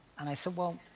and i said, well,